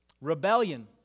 Rebellion